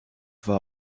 war